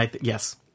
Yes